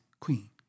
queen